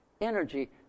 energy